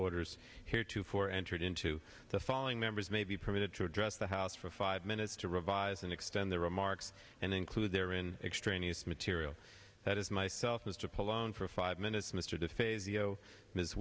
orders here too for entered into the following members may be permitted to address the house for five minutes to revise and extend their remarks and include their in extraneous material that is myself is to pull loan for five minutes m